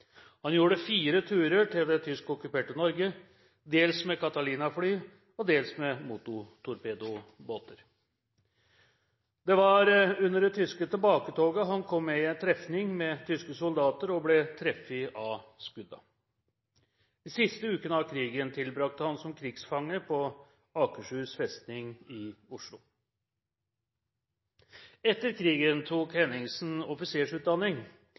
Han gjorde fire turer til det tyskokkuperte Norge, dels med Catalina-fly og dels med motortorpedobåter. Det var under det tyske tilbaketoget han kom med i en trefning med tyske soldater og ble truffet av skuddene. De siste ukene av krigen tilbrakte han som krigsfange på Akershus festning i Oslo. Etter krigen tok Henningsen offisersutdanning.